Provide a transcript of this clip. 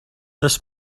this